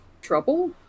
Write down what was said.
trouble